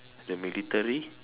the military